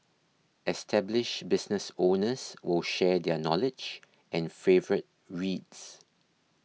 established business owners will share their knowledge and favourite reads